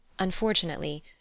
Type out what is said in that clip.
Unfortunately